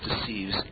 deceives